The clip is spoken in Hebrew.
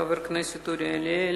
חבר הכנסת אורי אריאל,